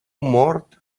mort